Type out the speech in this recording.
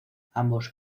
ambos